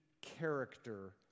character